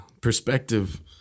perspective